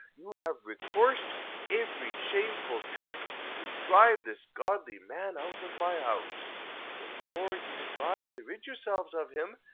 you have recourse to every shameful trick to drive this godly man out of my house the more you strive to rid yourselves of him,